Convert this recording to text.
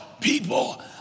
people